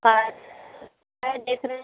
का है देख रहे हैं